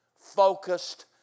focused